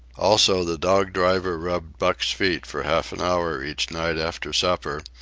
also, the dog-driver rubbed buck's feet for half an hour each night after supper,